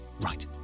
right